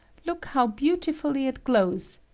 look how beautifully it glows,